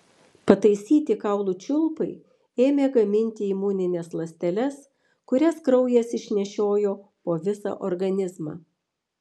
pataisyti kaulų čiulpai ėmė gaminti imunines ląsteles kurias kraujas išnešiojo po visą organizmą